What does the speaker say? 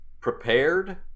Prepared